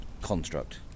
construct